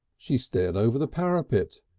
she stared over the parapet.